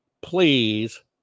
please